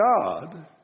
God